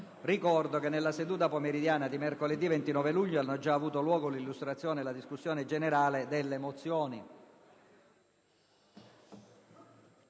Ricorda che nella seduta pomeridiana del 29 luglio hanno avuto luogo l'illustrazione e la discussione delle mozioni.